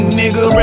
nigga